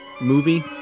movie